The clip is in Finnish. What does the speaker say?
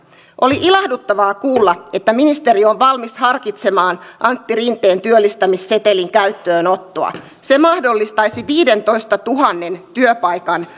oli ilahduttavaa kuulla että ministeri on valmis harkitsemaan antti rinteen työllistämissetelin käyttöönottoa se mahdollistaisi viidentoistatuhannen työpaikan